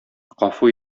гафу